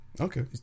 okay